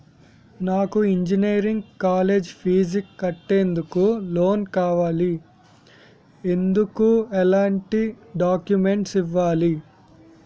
నాకు engineering college fees కట్టేందుకు loan కావాలి, ఎందుకు ఎలాంటి డాక్యుమెంట్స్ ఇవ్వాలి?